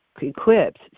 equipped